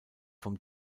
vom